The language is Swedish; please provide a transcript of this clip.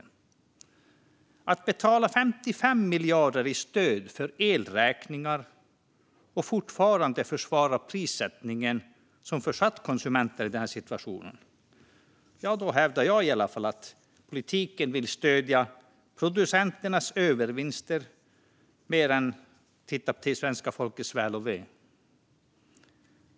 Om man betalar 55 miljarder kronor i stöd för elräkningar och fortfarande försvarar prissättningen som försatt konsumenterna i denna situation hävdar jag i alla fall att politiken vill stödja producenternas övervinster mer än att se till svenska folkets väl och ve.